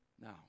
Now